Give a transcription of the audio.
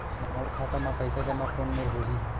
मोर खाता मा पईसा जमा कोन मेर होही?